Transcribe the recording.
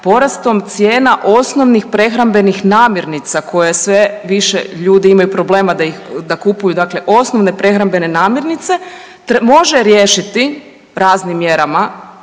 porastom cijena osnovnih prehrambenih namirnica koje sve više ljudi imaju problema da kupuju dakle osnovne prehrambene namirnice može riješiti raznim mjerama.